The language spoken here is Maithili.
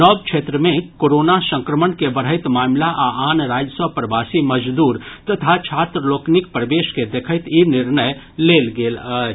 नव क्षेत्र मे कोरोना संक्रमण के बढ़ैत मामिला आ आन राज्य सॅ प्रवासी मजदूर तथा छात्र लोकनिक प्रवेश के देखैत ई निर्णय लेल गेल अछि